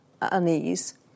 unease